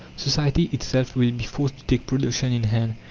society itself will be forced to take production in hand,